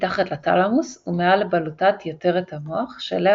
מתחת לתלמוס ומעל לבלוטת יותרת המוח שאליה